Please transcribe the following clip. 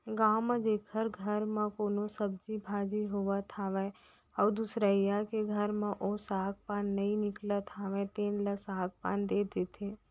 गाँव म जेखर घर म कोनो सब्जी भाजी होवत हावय अउ दुसरइया के घर म ओ साग पान नइ निकलत हावय तेन ल साग पान दे देथे